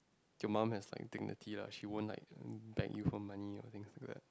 your mum has like think the tea lah she won't like beg you for money or things like